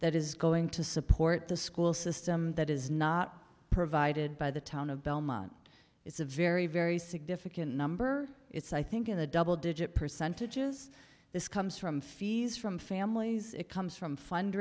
that is going to support the school system that is not provided by the town of belmont it's a very very significant number it's i think in the double digit percentages this comes from fees from families it comes from fund